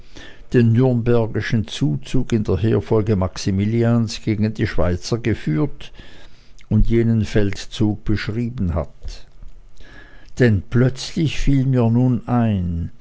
den nürnbergischen zuzug in der heerfolge maximilians gegen die schweizer geführt und jenen feldzug beschrieben hat denn plötzlich fiel mir nun ein